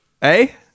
Hey